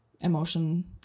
emotion